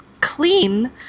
clean